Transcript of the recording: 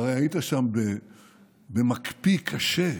הרי היית שם במקפיא קשה.